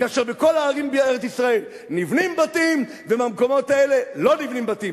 כאשר בכל הערים בארץ-ישראל נבנים בתים ובמקומות האלה לא נבנים בתים.